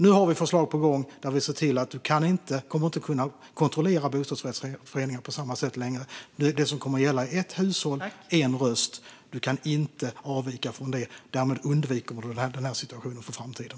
Nu har vi förslag på gång där vi ser till att man inte kommer att kunna kontrollera bostadsrättsföreningar på samma sätt längre. Det kommer att vara ett hushåll, en röst. Man kan inte avvika från det. Därmed undviker vi den här situationen för framtiden.